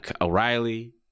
O'Reilly